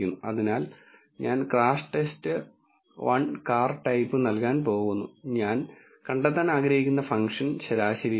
അതിനാൽ ഞാൻ crashTest 1കാർ ടൈപ്പ് നൽകാൻ പോകുന്നു ഞാൻ കണ്ടെത്താൻ ആഗ്രഹിക്കുന്ന ഫംഗ്ഷൻ ശരാശരിയാണ്